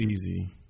easy